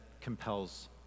compels